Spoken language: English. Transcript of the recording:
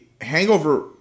Hangover